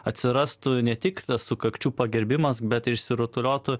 atsirastų ne tik sukakčių pagerbimas bet išsirutuliotų